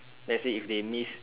let's say if they miss